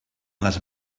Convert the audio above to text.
les